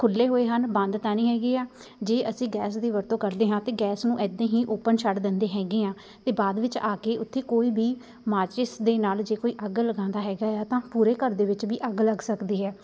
ਖੁੱਲ੍ਹੇ ਹੋਏ ਹਨ ਬੰਦ ਤਾਂ ਨਹੀਂ ਹੈਗੀ ਆ ਜੇ ਅਸੀਂ ਗੈਸ ਦੀ ਵਰਤੋਂ ਕਰਦੇ ਹਾਂ ਅਤੇ ਗੈਸ ਨੂੰ ਇੱਦਾਂ ਹੀ ਓਪਨ ਛੱਡ ਦਿੰਦੇ ਹੈਗੇ ਹਾਂ ਅਤੇ ਬਾਅਦ ਵਿੱਚ ਆ ਕੇ ਉੱਥੇ ਕੋਈ ਵੀ ਮਾਚਿਸ ਦੇ ਨਾਲ ਜੇ ਕੋਈ ਅੱਗ ਲਗਾਉਂਦਾ ਹੈਗਾ ਆ ਤਾਂ ਪੂਰੇ ਘਰ ਦੇ ਵਿੱਚ ਵੀ ਅੱਗ ਲੱਗ ਸਕਦੀ ਹੈ